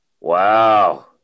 Wow